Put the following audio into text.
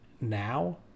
now